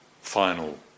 final